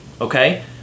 okay